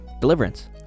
Deliverance